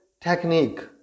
technique